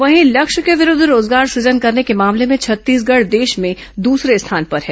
वहीं लक्ष्य के विरूद्व रोजगार सुजन करने के मामले में छत्तीसगढ़ देश में दूसरे स्थान पर है